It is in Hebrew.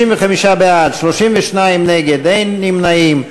55 בעד, 32 נגד, אין נמנעים.